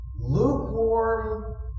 lukewarm